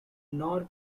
nor